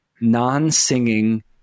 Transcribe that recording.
non-singing